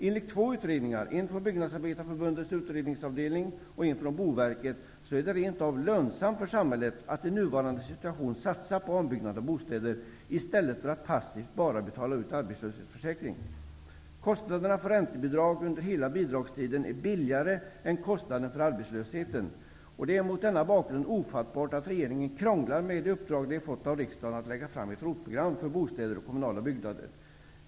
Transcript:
Enligt två utredningar -- den ena från Byggnadsarbetareförbundets utredningsavdelning och den andra från Boverket -- är det rent av lönsamt för samhället att i nuvarande situation satsa på ombyggnad av bostäder i stället för att bara passivt betala arbetslöshetsförsäkringen. Kostnaderna för räntebidrag under hela bidragstiden är lägre än kostnaderna för arbetslösheten. Det är mot denna bakgrund ofattbart att regeringen krånglar med det uppdrag den fått av riksdagen, nämligen att lägga fram ett ROT-program för bostäder och kommunala byggnader.